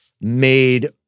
made